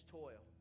toil